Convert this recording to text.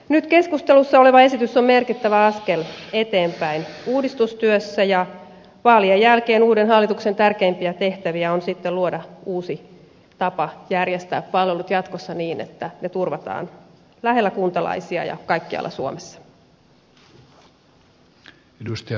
nyt keskustelussa oleva esitys on merkittävä askel eteenpäin uudistustyössä ja vaalien jälkeen uuden hallituksen tärkeimpiä tehtäviä on luoda uusi tapa järjestää palvelut jatkossa niin että ne turvataan lähellä kuntalaisia ja kaikkialla suomessa